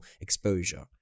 exposure